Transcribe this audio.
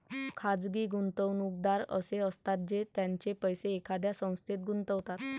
खाजगी गुंतवणूकदार असे असतात जे त्यांचे पैसे एखाद्या संस्थेत गुंतवतात